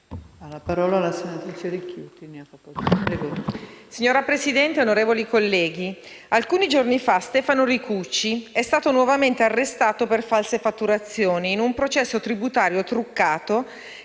Signora Presidente, onorevoli colleghi, alcuni giorni fa Stefano Ricucci è stato nuovamente arrestato per false fatturazioni in un processo tributario truccato,